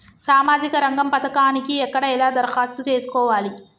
సామాజిక రంగం పథకానికి ఎక్కడ ఎలా దరఖాస్తు చేసుకోవాలి?